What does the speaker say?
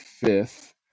fifth